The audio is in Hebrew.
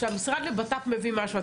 כשהמשרד לבט"פ מביא משהו,